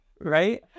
right